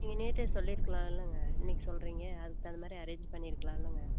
நீங்கள் நேற்றே சொல்லியிருக்கலாலங்கா இன்னிக்கு சொல்கிறீங்க அதுக்கு தங்குத மாதிரி அரேஞ் பண்ணியிருக்கலாலங்க